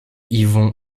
yvon